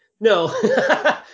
no